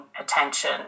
attention